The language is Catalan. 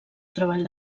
treball